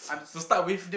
to start with